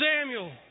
Samuel